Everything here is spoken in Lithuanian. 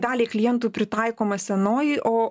daliai klientų pritaikoma senoji o